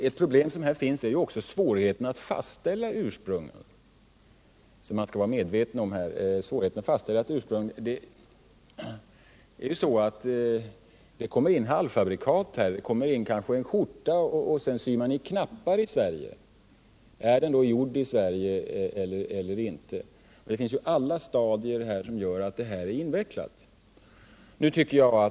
Ett problem som man också skall vara medveten om är svårigheten att fastställa ursprunget. Det kommer in halvfabrikat, kanske en skjorta, i vilken man sedan syr i knapparna här i Sverige. Är den då gjord i Sverige eller inte? Det finns alla stadier av fabrikat som gör en sådan bedömning invecklad.